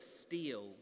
steel